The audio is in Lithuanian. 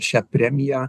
šią premiją